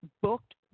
booked